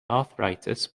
arthritis